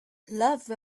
love